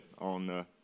on